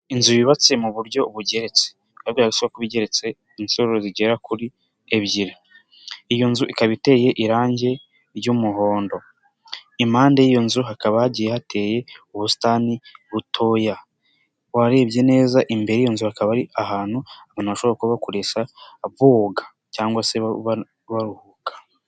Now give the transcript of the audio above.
inzu yubatse mu buryo bugeretse bigaragara ko ishobora kuba igeretse inshuro zigera kuri ebyiri iyo nzu ikaba iteye irangi ry'umuhondo impande y'iyo nzu hakaba hagiye hateye ubusitani butoya warebye neza imbere y'iyo nzu akaba ari ahantu abantu bashobora kuba bakoresha boga cyangwa se baruhuka.